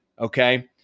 okay